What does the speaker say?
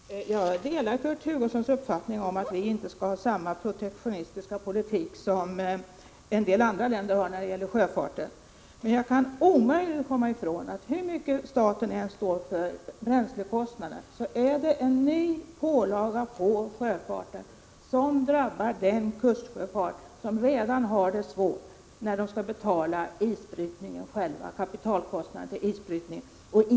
Herr talman! Jag skall fatta mig mycket kort. Jag delar Kurt Hugossons uppfattning att vi inte skall föra samma protektionistiska politik som en del andra länder för när det gäller sjöfarten. Hur mycket staten än står för bränslekostnaderna kan jag dock omöjligen komma ifrån att betalningsansvaret är en ny pålaga på sjöfarten, som drabbar den kustsjöfart som redan har det svårt. Näringen skall ju själv betala kapitalkostnaden för isbrytningen.